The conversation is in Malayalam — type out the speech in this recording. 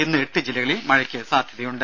ഇന്ന് എട്ട് ജില്ലകളിൽ മഴയ്ക്ക് സാധ്യതയുണ്ട്